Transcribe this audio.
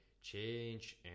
change